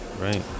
Right